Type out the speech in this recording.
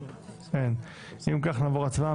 נעבור להצבעה.